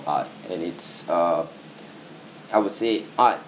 art and it's err I would say art